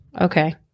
okay